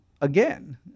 again